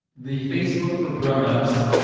the facebook for grownups.